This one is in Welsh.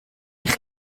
eich